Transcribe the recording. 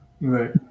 right